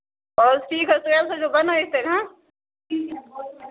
آ ٹھیٖک حظ تُہۍ حظ تھٲزیو بَنٲوِتھ تیٚلہِ ہاں